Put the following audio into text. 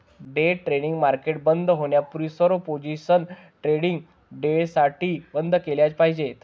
day trading market बंद होण्यापूर्वी सर्व पोझिशन्स ट्रेडिंग डेसाठी बंद केल्या पाहिजेत